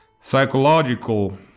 psychological